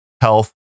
health